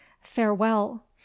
farewell